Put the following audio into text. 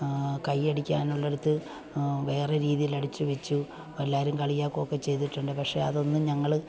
കൈ അടിക്കാനുള്ള ഇടത്ത് വേറെ രീതിയിൽ അടിച്ചു വച്ചു എല്ലാവരും കളിയാക്കുകയൊക്കെ ചെയ്തിട്ടുണ്ട് പക്ഷേ അതൊന്നും ഞങ്ങൾ